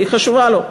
היא חשובה לו.